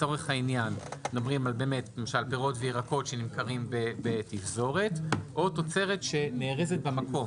לצורך העניין מדברים על פירות וירקות שנמכרים בתפזורת או שנארזת במקום.